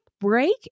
break